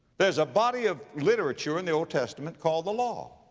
there's a body of literature in the old testament called the law,